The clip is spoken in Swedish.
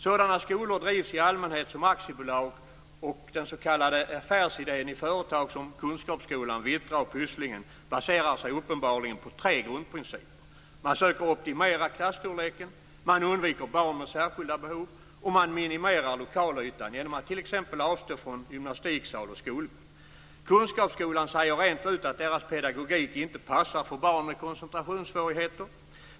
Sådana skolor drivs i allmänhet som aktiebolag, och den s.k. affärsidén i företag som Kunskapsskolan, Vittra och Pysslingen baserar sig uppenbarligen på tre grundprinciper: Man försöker optimera klasstorleken, man undviker barn med särskilda behov och man minimerar lokalytan genom att t.ex. avstå från gymnastiksal och skolgård. Kunskapsskolan säger rent ut att deras pedagogik inte passar för barn med koncentrationssvårigheter.